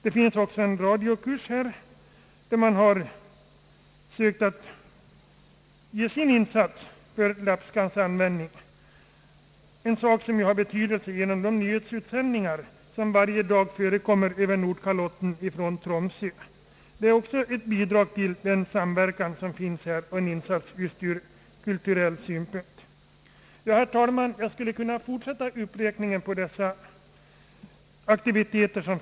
Det finns också en radiokurs, där man gör en insats för det samiska språket, en sak som också har betydelse genom de nyhetsutsändningar, som varje dag förekommer över Nordkalotten = från Tromsö. Detta är också ett bidrag till den samverkan som finns över gränserna och som är av värde ur kulturell synpunkt. Herr talman! Jag skulle kunna fortsätta uppräkningen på dessa aktiviteter.